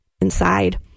inside